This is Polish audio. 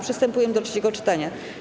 Przystępujemy do trzeciego czytania.